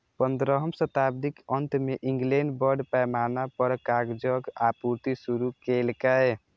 पंद्रहम शताब्दीक अंत मे इंग्लैंड बड़ पैमाना पर कागजक आपूर्ति शुरू केलकै